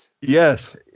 Yes